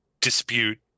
dispute